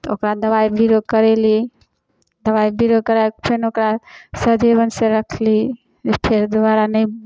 तऽ ओकरा दबाइ बीरो करैली दबाइ बीरो करा कऽ फेर ओकरा संयमित से रखली जे फेर दोबारा नहि